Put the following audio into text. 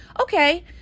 Okay